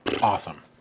awesome